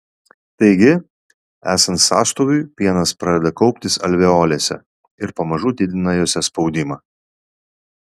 taigi esant sąstoviui pienas pradeda kauptis alveolėse ir pamažu didina jose spaudimą